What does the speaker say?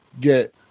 get